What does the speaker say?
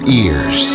ears